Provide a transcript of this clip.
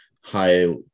high